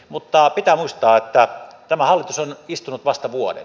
mutta pitää muistaa että tämä hallitus on istunut vasta vuoden